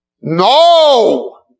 No